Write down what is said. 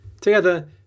Together